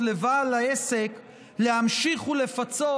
לבעל העסק להמשיך ולפצות,